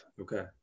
Okay